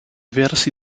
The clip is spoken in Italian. versi